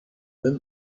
than